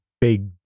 big